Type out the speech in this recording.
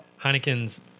Heineken's